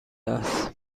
است